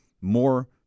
more